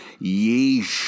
yeesh